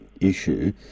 issue